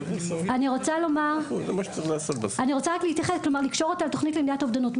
אני רוצה לקשור את התוכנית למניעת אובדנות.